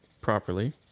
properly